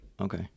Okay